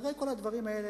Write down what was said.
אחרי כל הדברים האלה,